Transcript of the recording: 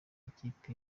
ikipe